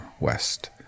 West